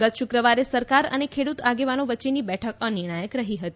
ગત શુક્રવારે સરકાર અને ખેડૂત આગેવાનો વચ્ચેની બેઠક અનિર્ણાયક રહી હતી